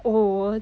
oh